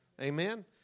Amen